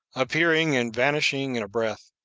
appearing and vanishing in a breath,